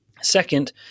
Second